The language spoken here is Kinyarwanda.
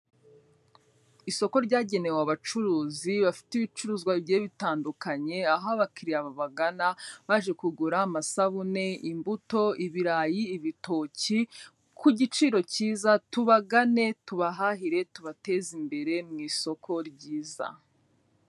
Isoko ryagenewe abacuruzi bafite ibicuruzwa bigiye bitandukanye aho abakiriya bagana, baje kugura amasabune, imbuto, ibirayi, ibitoki ku giciro kiza, tubagane tubahahire tubateze imbere mu isoko ryiza.